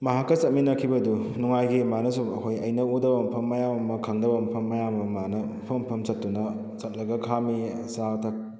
ꯃꯍꯥꯛꯀ ꯆꯠꯃꯤꯟꯅꯈꯤꯕꯗꯨ ꯅꯨꯡꯉꯥꯏꯈꯤ ꯃꯥꯅꯁꯨ ꯑꯩꯈꯣꯏ ꯑꯩꯅ ꯑꯣꯗꯔ ꯃꯐꯝ ꯃꯌꯥꯝ ꯑꯃ ꯈꯪꯗꯕ ꯃꯐꯝ ꯃꯌꯥꯝ ꯑꯃ ꯃꯥꯅ ꯃꯐꯝ ꯃꯐꯝꯗ ꯆꯠꯇꯨꯅ ꯆꯠꯂꯒ ꯈꯥꯛꯂꯛꯏ ꯑꯆꯥ ꯑꯊꯛ